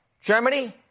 Germany